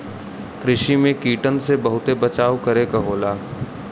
कृषि में कीटन से बहुते बचाव करे क होला